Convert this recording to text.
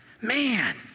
Man